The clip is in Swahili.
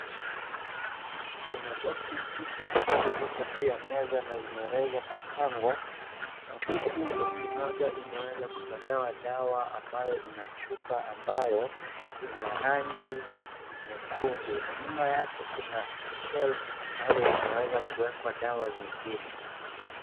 Kuna (CS)boxi(CS) tisa ambazo zipo juu ya meza na zimeweza kupangwa, na huku (CS)boxi(CS) moja imeweza kutolewa dawa ambayo ina chupa ambayo ina rangi nyekundu, na nyuma yake kuna (CS) shelves(CS) ambazo zimeweza kuwekwa dawa zingine.